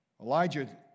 Elijah